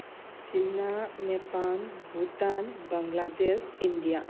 China Nepal Bhutan Bangladesh India